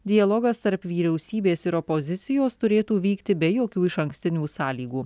dialogas tarp vyriausybės ir opozicijos turėtų vykti be jokių išankstinių sąlygų